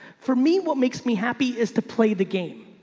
for me, what makes me happy is to play the game.